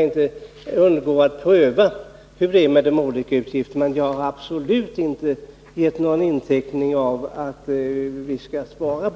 inte kan undgå att pröva de olika utgifterna, men jag har absolut inte givit uttryck för åsikten att vi skall spara här.